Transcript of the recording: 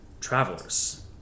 travelers